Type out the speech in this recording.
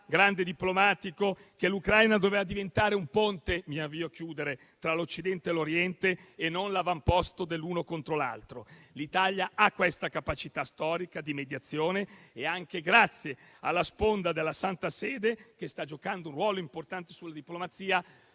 grande diplomatico, diceva che l'Ucraina doveva diventare un ponte tra l'Occidente e l'Oriente e non l'avamposto dell'uno contro l'altro. L'Italia ha questa capacità storica di mediazione e, anche grazie alla sponda della Santa Sede, che sta giocando un ruolo importante sulla diplomazia,